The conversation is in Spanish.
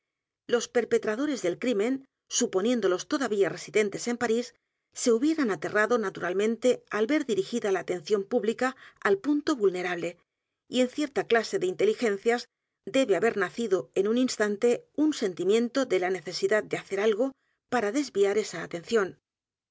e s del crimen suponiéndolos todavía residentes en p a r í s se hubieran aterrado naturalmente al ver dirigida la atención pública al punto vulnerable y en cierta clase de inteligencias debe haber nacido en un instante un sentimiento de la necesidad de hacer algo para desviar esa